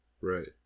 Right